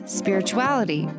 spirituality